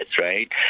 right